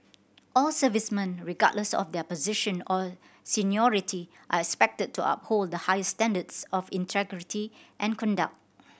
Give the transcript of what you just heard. all servicemen regardless of their position or seniority are expected to uphold the highest standards of integrity and conduct